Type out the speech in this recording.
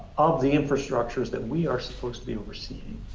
of the infrastructures that we are supposed to be overseeing.